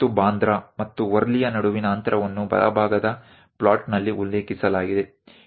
ಮತ್ತು ಬಾಂದ್ರಾ ಮತ್ತು ವರ್ಲಿಯ ನಡುವಿನ ಅಂತರವನ್ನು ಬಲಭಾಗದ ಪ್ಲಾಟ್ನಲ್ಲಿ ಉಲ್ಲೇಖಿಸಲಾಗಿದೆ ಇದು ಸುಮಾರು 4